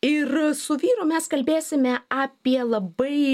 ir su vyru mes kalbėsime apie labai